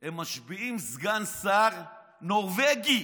הם משביעים סגן שר נורבגי.